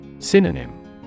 Synonym